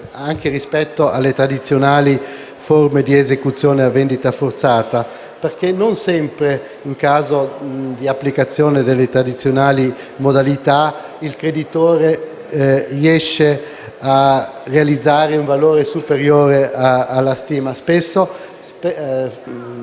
anche rispetto alle tradizionali forme di esecuzione e vendita forzata, perché non sempre, in caso di applicazione delle tradizionali modalità, il creditore riesce a realizzare un valore superiore alla stima; spesso,